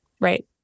right